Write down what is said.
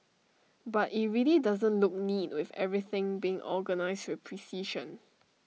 but IT really doesn't look neat with everything being organised with precision